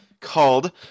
called